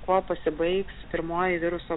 kol pasibaigs pirmoji viruso